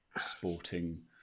sporting